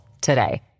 today